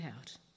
out